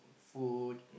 food